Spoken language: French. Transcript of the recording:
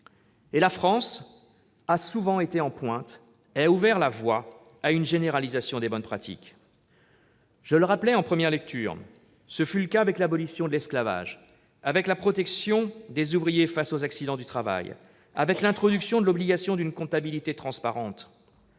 La France, souvent en pointe en la matière, a ouvert la voie à une généralisation des bonnes pratiques. Je le rappelais en première lecture, ce fut le cas avec l'abolition de l'esclavage, avec la protection des ouvriers face aux accidents du travail, avec l'introduction de l'obligation d'une comptabilité transparente.